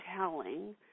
telling